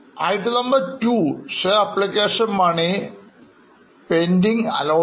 item number 2 share application money pending allotment